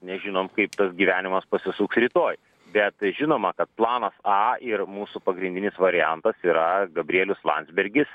nežinom kaip tas gyvenimas pasisuks rytoj bet žinoma kad planas a ir mūsų pagrindinis variantas yra gabrielius landsbergis